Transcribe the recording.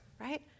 right